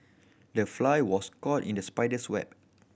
the fly was caught in the spider's web